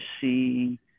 see